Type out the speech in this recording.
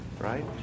right